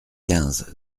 quinze